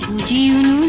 do